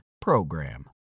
PROGRAM